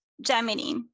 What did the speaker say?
Gemini